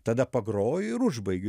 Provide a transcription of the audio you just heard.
tada pagroju ir užbaigiu